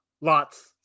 lots